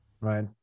right